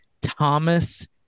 Thomas